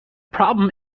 problem